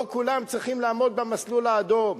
לא כולם צריכים לעמוד במסלול האדום.